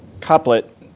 couplet